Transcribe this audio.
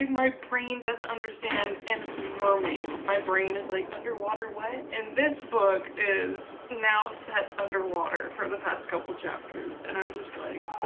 my brain doesn't understand, and mermaids my brain is like underwater what? and this book is now set underwater for the past couple chapters and i'm just like.